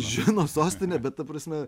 žino sostinę bet ta prasme